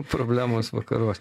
problemos vakaruos